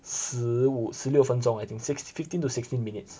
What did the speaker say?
十五十六分钟 I think six~ fifteen to sixteen minutes